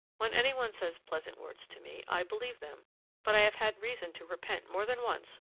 when any one says pleasant words to me, i believe them but i have had reason to repent more than once,